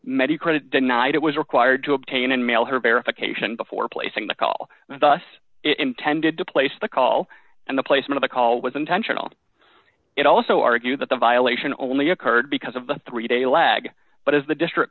metacritic denied it was required to obtain and mail her verification before placing the call and thus intended to place the call and the placement the call was intentional it also argue that the violation only occurred because of the three day lag but as the district